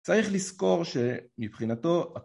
צריך לזכור שמבחינתו...